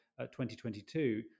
2022